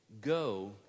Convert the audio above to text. Go